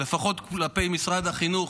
לפחות כלפי משרד החינוך,